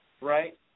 right